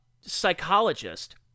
psychologist